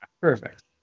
perfect